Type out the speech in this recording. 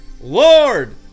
Lord